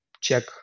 check